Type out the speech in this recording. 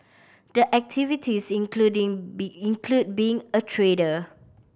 the activities including be include being a trader